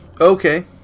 Okay